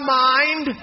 mind